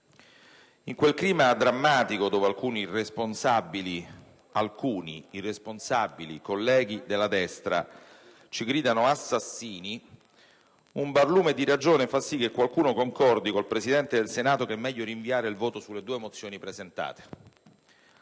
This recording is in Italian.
In quel clima drammatico, dove alcuni irresponsabili colleghi della destra ci gridano "assassini", un barlume di ragione fa sì che qualcuno concordi con il Presidente del Senato che è meglio rinviare il voto sulle due mozioni presentate.